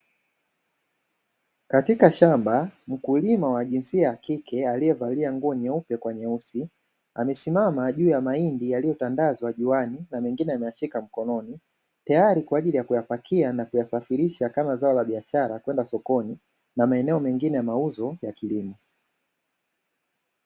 Katika shamba, mkulima wa jinsia ya kike, aliyevalia nguo nyeupe kwa nyeusi, amesimama juu ya mahindi yaliyotandazwa juani, na mengine ameashika mkononi, tayari kwa ajili ya kuyapakia na kuyasafirisha kama zao la biashara kwenda sokoni, na maeneo mengine ya mauzo ya kilimo.